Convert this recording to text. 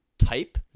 type